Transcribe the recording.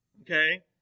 Okay